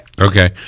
okay